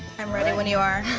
i'm ready when you are.